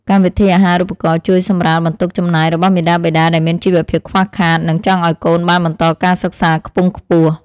កម្មវិធីអាហារូបករណ៍ជួយសម្រាលបន្ទុកចំណាយរបស់មាតាបិតាដែលមានជីវភាពខ្វះខាត និងចង់ឱ្យកូនបានបន្តការសិក្សាខ្ពង់ខ្ពស់។